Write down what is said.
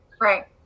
Right